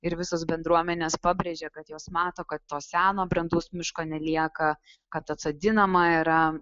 ir visos bendruomenės pabrėžė kad jos mato kad to seno brandaus miško nelieka kad atsodinama yra